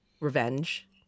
revenge